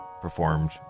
performed